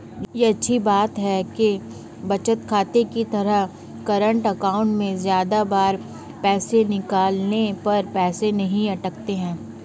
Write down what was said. ये अच्छी बात है कि बचत खाते की तरह करंट अकाउंट में ज्यादा बार पैसे निकालने पर पैसे नही कटते है